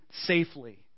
safely